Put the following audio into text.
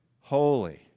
holy